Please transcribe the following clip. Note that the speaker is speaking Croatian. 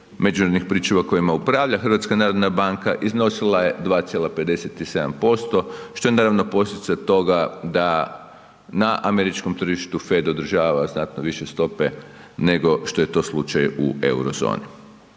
međunarodnih pričuva kojima upravlja HNB iznosila je 2,57% što je naravno posljedica toga da na američkom tržištu …/Govornik se ne razumije/…održava znatno više stope nego što je to slučaj u Eurozoni.